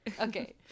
Okay